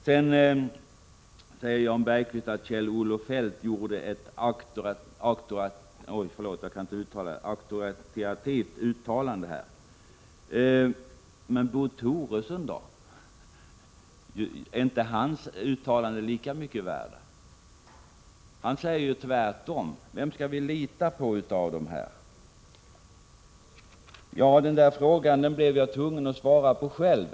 Jan Bergqvist säger att Kjell-Olof Feldt gjorde ett auktoritativt uttalande. Men Bo Toresson då? Är inte hans uttalande lika mycket värt? Och han säger tvärtom. Vem skall vi lita på av dem? Jag blev tvungen att svara på min fråga själv.